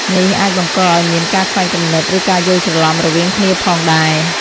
នេះអាចបង្កឲ្យមានការខ្វែងគំនិត ឬការយល់ច្រឡំរវាងគ្នាផងដែរ។